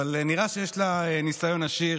אבל נראה שיש לה ניסיון עשיר.